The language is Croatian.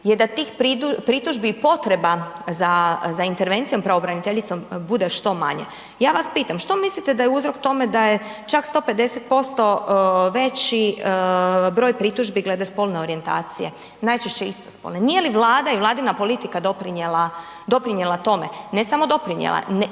je da tih pritužbi i potreba za intervencijom pravobraniteljicom bude što manje. Ja vas pitam, što mislite da je uzrok tome da je čak 150% veći broj pritužbi glede spolne orijentacije, najčešće isto spolne? Nije li Vlada i Vladina politika doprinijela tome, ne samo doprinijela,